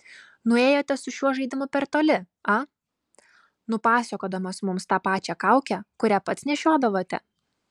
nuėjote su šiuo žaidimu per toli a nupasakodamas mums tą pačią kaukę kurią pats nešiodavote